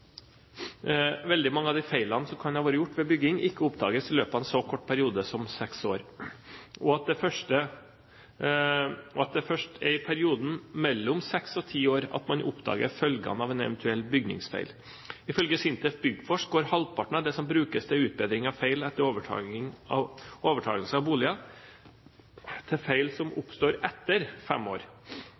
veldig mange av de feilene som kan ha vært gjort ved bygging, ikke oppdages i løpet av en så kort periode som seks år, og at det først er i perioden mellom seks og ti år at man oppdager følgene av en eventuell bygningsfeil. Ifølge SINTEF Byggforsk går halvparten av det som brukes til utbedring av feil etter overtakelse av boliger, til feil som oppstår etter fem år.